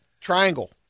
triangle